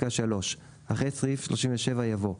אחרי סעיף 37 יבוא: